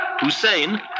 Hussein